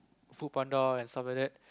FoodPanda and stuff like that